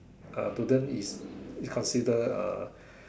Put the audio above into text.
uh to them it's considered uh